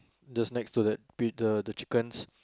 just next to that pi~ the the chickens